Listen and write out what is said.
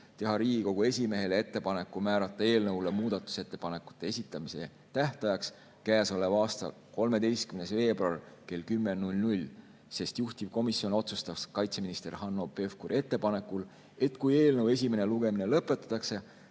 teha Riigikogu esimehele ettepaneku määrata eelnõu muudatusettepanekute esitamise tähtajaks käesoleva aasta 13. veebruar kell 10, sest juhtivkomisjon otsustas kaitseminister Hanno Pevkuri ettepanekul, et kui eelnõu esimene lugemine lõpetatakse,